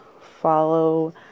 follow